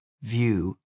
view